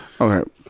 Okay